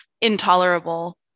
intolerable